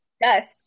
Yes